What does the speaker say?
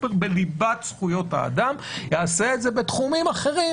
בליבת זכויות האדם יעשה את זה בתחומים אחרים